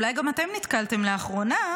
אולי גם אתם נתקלתם לאחרונה,